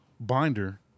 binder